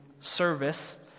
service